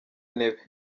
ntebe